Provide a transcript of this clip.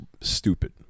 stupid